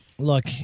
Look